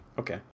Okay